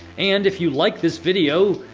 and if you like this video,